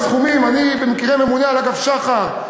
אני במקרה ממונה על אגף שח"ר,